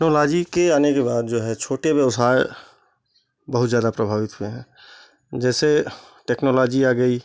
technology के आने के बाद जो है छोटे व्यवसाय बहुत ज़्यादा प्रभावित हुए हैं जैसे टेक्नोलाॅजी आ गई